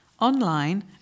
online